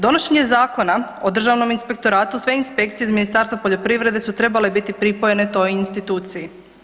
Donošenje Zakona o državnom inspektoratu sve inspekcije iz Ministarstva poljoprivrede su trebale biti pripojene toj instituciji.